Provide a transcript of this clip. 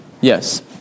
Yes